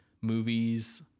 movies